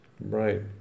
Right